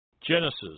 Genesis